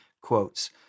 quotes